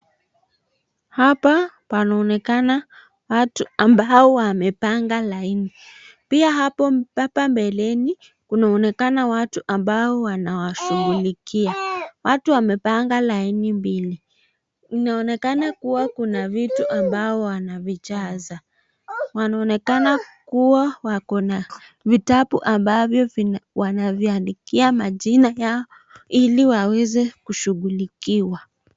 Hapa panaonekana watu ambao wamepanga laini. Pia hapa mbeleni panaonekana watu ambao wanawashughulikia. Watu wamepanga laini mbili, inaonekana kuwa kuna vitu ambao wanavijaza. Wanaonekana kuwa wako na vitabu ambavyo wanaviandikia majina yao ili waweze kushughulikiwa.